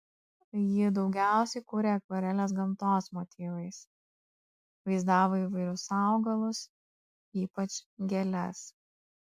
ji daugiausiai kūrė akvareles gamtos motyvais vaizdavo įvairius augalus ypač gėles